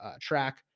track